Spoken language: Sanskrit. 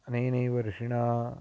अनेनैव ऋषिणा